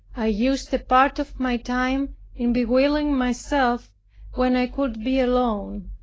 i used a part of my time in bewailing myself when i could be alone